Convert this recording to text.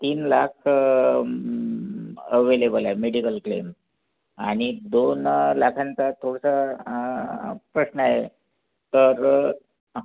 तीन लाख अवेलेबल आहे medical claim आणि दोन लाखांचा थोडसा प्रश्न आहे तर